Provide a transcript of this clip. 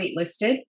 waitlisted